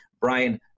Brian